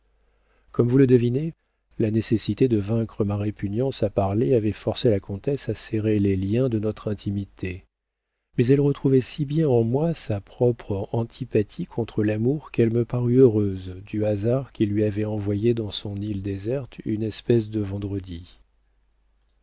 comme vous le devinez la nécessité de vaincre ma répugnance à parler avait forcé la comtesse à serrer les liens de notre intimité mais elle retrouvait si bien en moi sa propre antipathie contre l'amour qu'elle me parut heureuse du hasard qui lui avait envoyé dans son île déserte une espèce de vendredi